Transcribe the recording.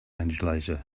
andalusia